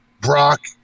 Brock